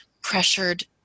pressured